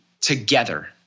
together